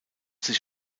sich